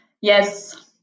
Yes